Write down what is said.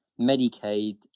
Medicaid